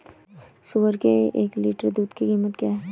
सुअर के एक लीटर दूध की कीमत क्या है?